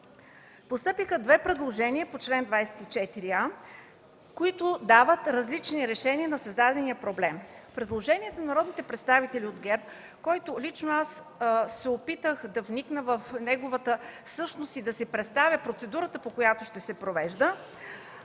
Постъпиха две предложения по чл. 24а, които дават различни решения на създадения проблем. Предложението на народните представители от ГЕРБ, на което се опитах да вникна в същността му и да си представя процедурата, по която ще се провежда,